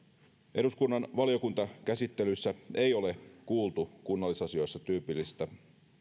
eduskunnan valiokuntakäsittelyssä ei ole kuultu kunnallisasioissa tyypillisiä